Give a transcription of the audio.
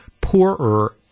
poorer